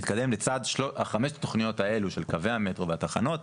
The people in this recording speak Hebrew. לצד חמש התכניות האלה, של קווי המטרו והתחנות,